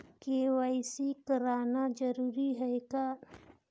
KYC कराना जरूरी है का?